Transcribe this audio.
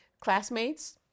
classmates